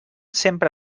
sempre